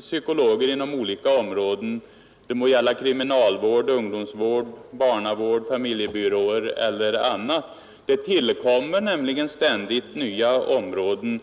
psykologer inom olika områden, det må gälla kriminalvård, ungdomsvård, barnavård, familjebyråer eller annat. Det tillkommer ständigt nya områden.